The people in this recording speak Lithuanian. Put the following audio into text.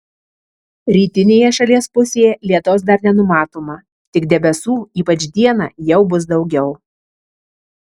rytinėje šalies pusėje lietaus dar nenumatoma tik debesų ypač dieną jau bus daugiau